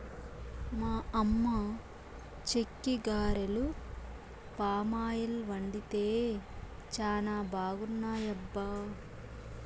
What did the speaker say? మా అమ్మ చెక్కిగారెలు పామాయిల్ వండితే చానా బాగున్నాయబ్బా